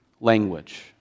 language